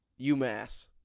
UMass